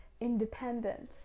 independence